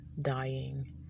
dying